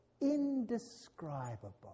indescribable